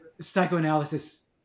psychoanalysis